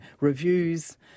reviews